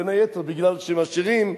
בין היתר בגלל שהם עשירים,